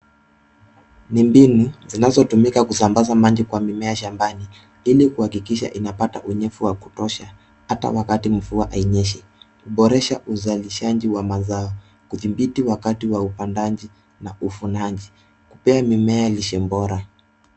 Ni mbinu zinazotumika kusambaza maji shambani, ili kuhakikisha inapata unyevu wa kutosha, hata wakati mvua hainyeshi. Huboresha uzalishaji wa mazao, kudhibiti wakati wa upandaji na uvunaji, kupea mimea lishe bora.